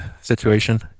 situation